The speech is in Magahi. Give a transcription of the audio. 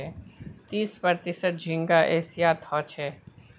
तीस प्रतिशत झींगा एशियात ह छे